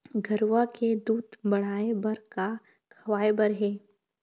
गरवा के दूध बढ़ाये बर का खवाए बर हे?